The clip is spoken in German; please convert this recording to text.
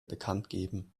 bekanntgeben